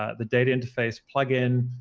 ah the data interface plugin,